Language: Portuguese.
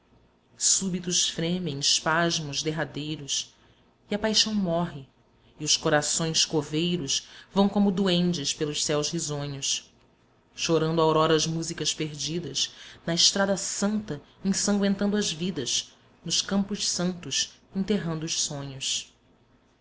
súbitos fremem spasmos derradeiros e a paixão morre e os corações coveiros vão como duendes pelos céus risonhos chorando auroras músicas perdidas na estrada santa ensangüentando as vidas nos campos santos enterrando os sonhos